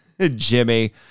Jimmy